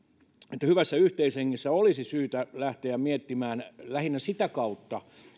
että hyvässä yhteishengessä olisi syytä lähteä miettimään lähinnä sitä kautta